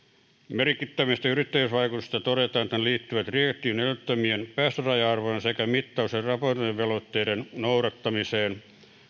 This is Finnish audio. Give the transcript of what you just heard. merkittävistä yrittäjyysvaikutuksista todetaan että ne liittyvät direktiivin edellyttämien päästöraja arvojen sekä mittaus ja raportointivelvoitteiden noudattamiseen